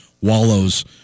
wallows